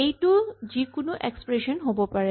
এইটো যিকোনো এক্সপ্ৰেচন হ'ব পাৰে